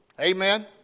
Amen